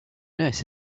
nurse